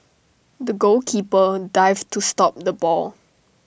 the goalkeeper dived to stop the ball